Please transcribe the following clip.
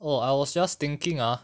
oh I was just thinking ah